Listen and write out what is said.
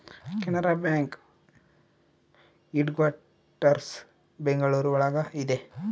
Canara bank headquarters Bengaluru ಒಳಗ ಇದೆ